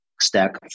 stack